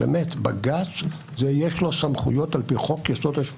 לבג"ץ יש סמכויות על פי חוק-יסוד: השפיטה,